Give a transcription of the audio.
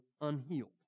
unhealed